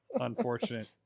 unfortunate